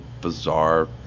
bizarre